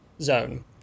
zone